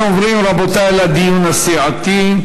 אנחנו עוברים, רבותי, לדיון הסיעתי.